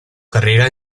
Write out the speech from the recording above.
carrera